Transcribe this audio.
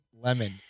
lemon